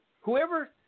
Whoever